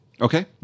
Okay